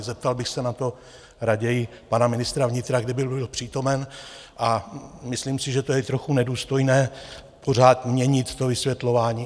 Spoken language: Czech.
Zeptal bych se na to raději pana ministra vnitra, kdyby byl přítomen, a myslím si, že to je trochu nedůstojné, pořád měnit to vysvětlování.